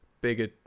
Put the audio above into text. bigger